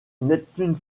neptune